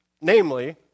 Namely